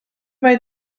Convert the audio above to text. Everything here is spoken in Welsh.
mae